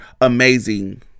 amazing